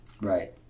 Right